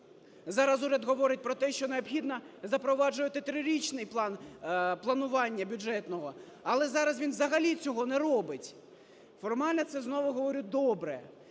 Зараз уряд говорить про те, що необхідно запроваджувати трирічний план планування бюджетного, але зараз він взагалі цього не робить, формально це, знову говорю, добре.